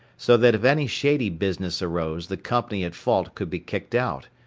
so that if any shady business arose the company at fault could be kicked out,